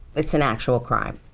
it's an actual crime.